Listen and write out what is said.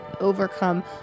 overcome